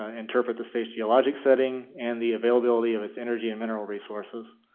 ah interpret the state's geologic setting, and the availability of its energy and mineral resources.